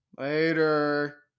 later